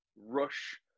rush